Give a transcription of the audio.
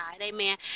Amen